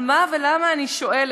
על מה ולמה, אני שואלת.